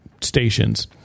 stations